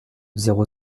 zéro